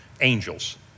angels